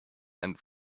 and